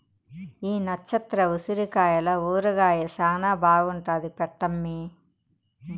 ఈ నచ్చత్ర ఉసిరికాయల ఊరగాయ శానా బాగుంటాది పెట్టమ్మీ